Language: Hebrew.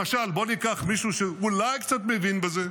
למשל, בוא ניקח מישהו שאולי קצת מבין בזה,